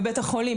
בבית החולים.